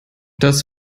das